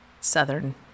southern